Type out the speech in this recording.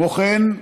כמו כן,